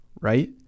right